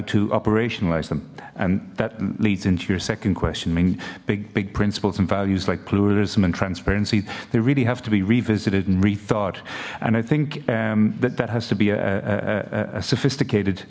to operationalize them and that leads into your second question i mean big big principles and values like pluralism and transparency they really have to be revisited and rethought and i think that that has to be a sophisticated